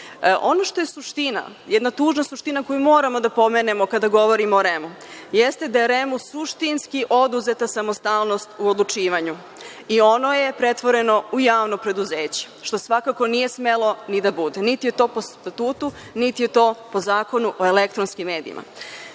što je suština, jedna tužna suština koju moramo da pomenemo kada govorimo o REM-u jeste da je REM-u suštinski oduzeta samostalnost u odlučivanju i ono je pretvoreno u javno preduzeće, što svakako nije smelo ni da bude, niti je to po statutu, niti je to po Zakonu o elektronskim medijima. Recimo